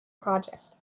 project